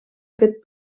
aquest